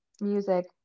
music